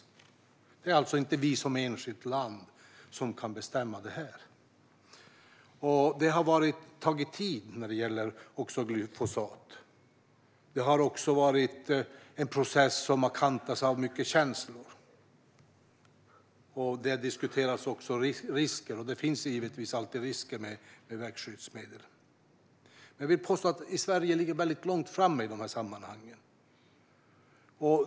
Det är alltså inte vi som enskilt land som kan bestämma det här. När det gäller glyfosat har det tagit tid. Det har också varit en process som har kantats av mycket känslor. Och även risker har diskuterats. Det finns alltid risker med växtskyddsmedel. Jag vill påstå att Sverige ligger långt fram i de här sammanhangen.